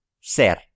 ser